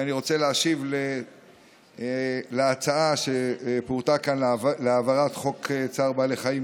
אני רוצה להשיב על ההצעה שפורטה כאן להעברת חוק צער בעלי חיים